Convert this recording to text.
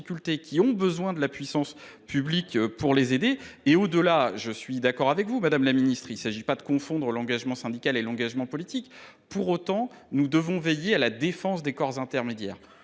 qui ont besoin que la puissance publique leur vienne en aide. Je suis d’accord avec vous, madame la ministre, il ne s’agit pas de confondre l’engagement syndical et l’engagement politique. Pour autant, nous devons veiller à la défense des corps intermédiaires,